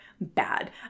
bad